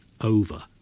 over